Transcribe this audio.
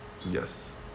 Yes